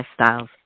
lifestyles